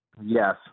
Yes